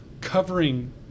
covering